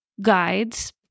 guides